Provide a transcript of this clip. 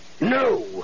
No